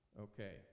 Okay